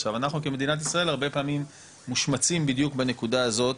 עכשיו אנחנו כמדינת ישראל הרבה פעמים מושמצים בדיוק בנקודה הזאת,